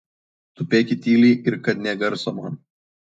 tupėkit tyliai ir kad nė garso man